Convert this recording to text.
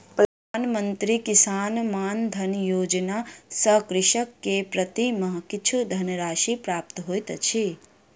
प्रधान मंत्री किसान मानधन योजना सॅ कृषक के प्रति माह किछु धनराशि प्राप्त होइत अछि